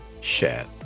share